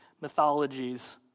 mythologies